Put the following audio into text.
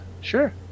sure